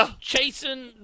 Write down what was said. chasing